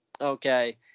Okay